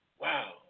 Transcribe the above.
Wow